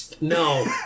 No